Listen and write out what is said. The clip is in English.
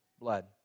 blood